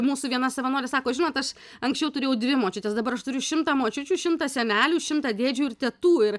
mūsų viena savanorė sako žinot aš anksčiau turėjau dvi močiutes dabar aš turiu šimtą močiučių šimtą senelių šimtą dėdžių ir tetų ir